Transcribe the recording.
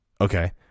okay